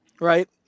right